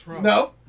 No